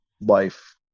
life